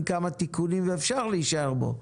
ועם כמה תיקונים אפשר להישאר בו.